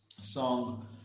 song